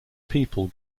people